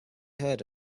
heard